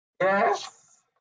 Yes